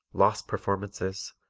lost performances,